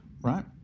right